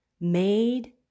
made